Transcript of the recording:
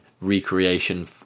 recreation